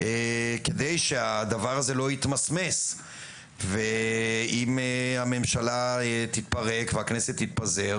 כדי שהדבר הזה לא יתמסמס ואם הממשלה תתפרק והכנסת תתפזר